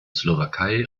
slowakei